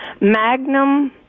magnum